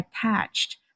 attached